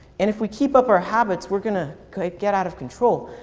and if we keep up our habits, we going to get out of control.